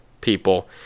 people